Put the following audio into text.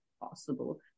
possible